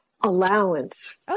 allowance